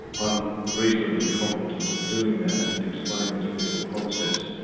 i'm reasonably competent at doing that and explaining to people concepts.